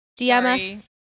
DMS